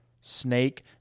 Snake